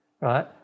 right